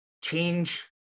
change